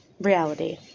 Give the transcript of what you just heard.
reality